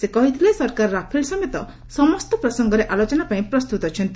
ସେ କହିଥିଲେ ସରକାର ରାଫେଲ ସମେତ ସମସ୍ତ ପ୍ରସଙ୍ଗରେ ଆଲୋଚନା ପାଇଁ ପ୍ରସ୍ତୁତ ଅଛନ୍ତି